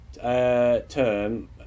term